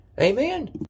Amen